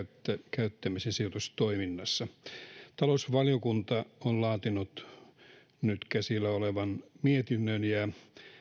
käyttämisen sijoitustoiminnassa talousvaliokunta on laatinut nyt käsillä olevan mietinnön ja